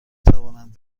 توانند